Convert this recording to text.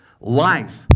Life